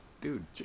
Dude